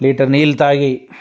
litre నీళ్ళు తాగి